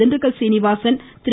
Dindigul Srinivasan Thiru